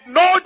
no